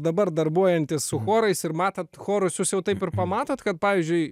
dabar darbuojantis su chorais ir matot chorus jau taip ir pamatot kad pavyzdžiui